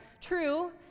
True